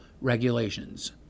regulations